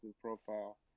profile